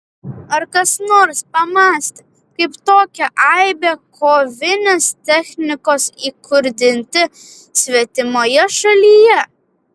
ar kas nors pamąstė kaip tokią aibę kovinės technikos įkurdinti svetimoje šalyje